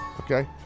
okay